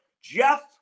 Jeff